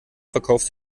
verkauft